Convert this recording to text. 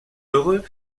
heureux